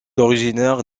originaire